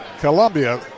Columbia